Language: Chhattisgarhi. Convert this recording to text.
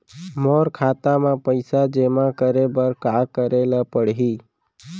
मोर खाता म पइसा जेमा करे बर का करे ल पड़ही?